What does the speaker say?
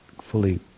fully